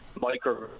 micro